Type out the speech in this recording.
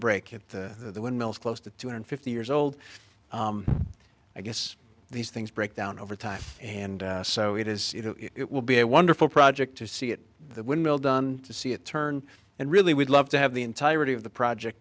break at the windmills close to two hundred fifty years old i guess these things break down over time and so it is it will be a wonderful project to see at the windmill done to see it turn and really would love to have the entirety of the project